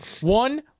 One